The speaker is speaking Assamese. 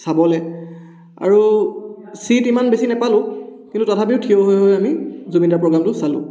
চাবলৈ আৰু ছিট ইমান বেছি নাপালোঁ কিন্তু তথাপিও থিয় হৈ হৈ আমি জুবিনদাৰ প্ৰ'গ্ৰেমটো চালোঁ